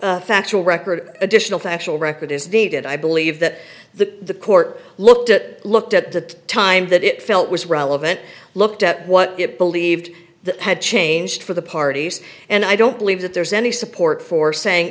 factual record additional to actual record is needed i believe that the court looked at that looked at the time that it felt was relevant looked at what it believed that had changed for the parties and i don't believe that there's any support for saying